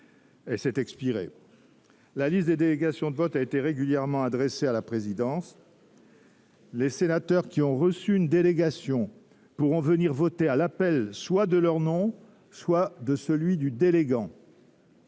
treize heures. La liste des délégations de vote a été régulièrement adressée à la présidence. Les sénateurs qui ont reçu une délégation pourront venir voter à l’appel soit de leur nom, soit de celui du délégant.